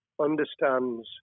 understands